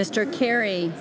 mr kerry